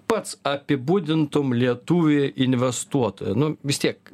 pats apibūdintum lietuvį investuotoją nu vis tiek